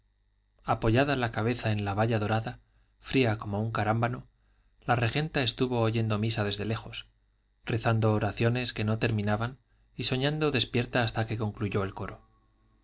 apoyada la cabeza en la valla dorada fría como un carámbano la regenta estuvo oyendo misa desde lejos rezando oraciones que no terminaban y soñando despierta hasta que concluyó el coro vio